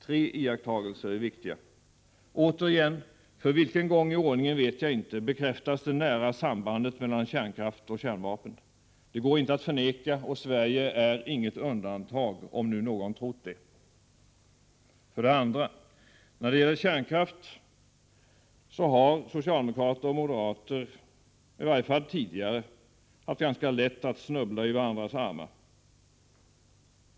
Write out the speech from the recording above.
Tre iakttagelser är viktiga: För det första: Återigen — för vilken gång i ordningen vet jag inte — bekräftas det nära sambandet mellan kärnkraft och kärnvapen. Det går inte att förneka, och Sverige är inget undantag — om nu någon trodde det. För det andra: När det gäller kärnkraft har socialdemokrater och moderater i varje fall tidigare haft ganska lätt att snubbla in i varandras armar.